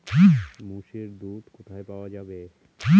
মোষের দুধ কোথায় পাওয়া যাবে?